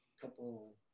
couple